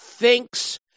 thinks